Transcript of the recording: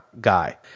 guy